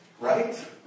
right